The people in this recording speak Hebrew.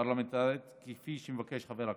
פרלמנטרית כפי שמבקש חבר הכנסת,